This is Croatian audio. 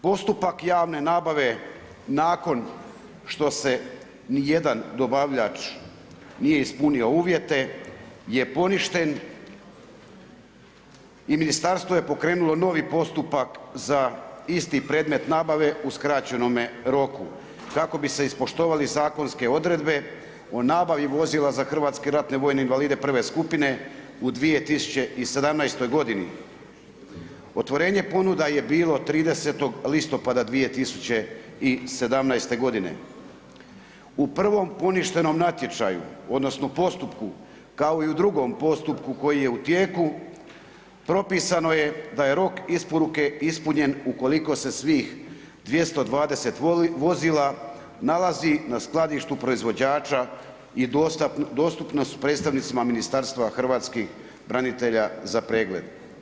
Dakle, postupak javne nabave nakon što se ni jedan dobavljač nije ispunio uvjete je poništen i ministarstvo je pokrenulo novi postupak za isti predmet nabave u skraćenome roku, kako bi se ispoštovale zakonske odredbe o nabavi vozila za hrvatske ratne vojne invalide za prve skupine u 2017. g. Otvorenje ponuda je bilo 30.10.2017. g. U prvom poništenom natječaju odnosno, postupku, kao i u drugom postupku koji je u tijeku, propisano je da rok isporuke ispunjen ukoliko se svih 220 vozila nalazi na skladištu proizvođača i dostupnost predstavnicima Ministarstva hrvatskih branitelja za pregled.